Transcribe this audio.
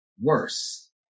worse